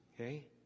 Okay